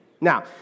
Now